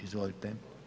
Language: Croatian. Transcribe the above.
Izvolite.